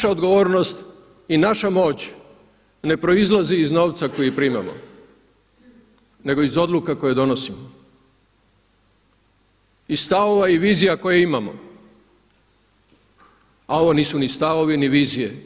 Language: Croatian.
Naša odgovornost i naša moć ne proizlaze iz novac koji primamo nego iz odluka koje donosimo, i stavova i vizija koje imamo a ovo nisu ni stavovi ni vizije,